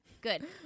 Good